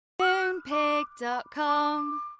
Moonpig.com